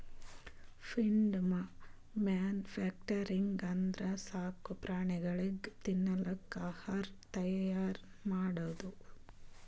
feed manufacturing ಅಂದ್ರ ಸಾಕು ಪ್ರಾಣಿಗಳಿಗ್ ತಿನ್ನಕ್ ಆಹಾರ್ ತೈಯಾರ್ ಮಾಡದು